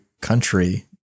country